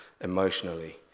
emotionally